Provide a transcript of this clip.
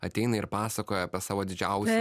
ateina ir pasakoja apie savo didžiausią